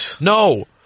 No